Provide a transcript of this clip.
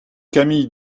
camille